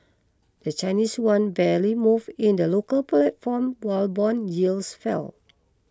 the Chinese yuan barely moved in the local platform while bond yields fell